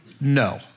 No